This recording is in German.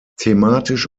thematisch